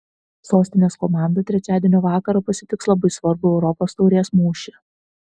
sostinės komanda trečiadienio vakarą pasitiks labai svarbų europos taurės mūšį